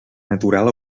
natural